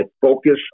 focus